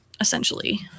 Essentially